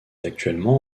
actuellement